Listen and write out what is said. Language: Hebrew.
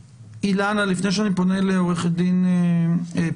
אילנה, לפני שאני פונה לעורך דין פסטרנק,